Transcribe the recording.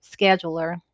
scheduler